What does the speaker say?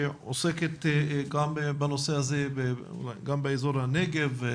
שעוסקת גם בנושא הזה, גם באזור הנגב.